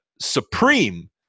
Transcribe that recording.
supreme